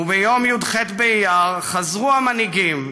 וביום י"ח באייר חזרו המנהיגים,